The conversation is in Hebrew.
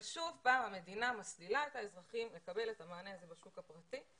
אבל שוב פעם המדינה מסלילה את האזרחים לקבל את המענה הזה בשוק הפרטי,